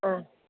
हा